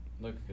look